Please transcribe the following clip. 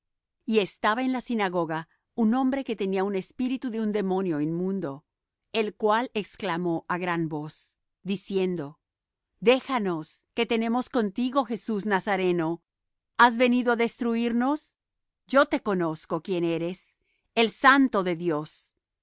y estaba en la sinagoga un hombre que tenía un espíritu de un demonio inmundo el cual exclamó á gran voz diciendo déjanos qué tenemos contigo jesús nazareno has venido á destruirnos yo te conozco quién eres el santo de dios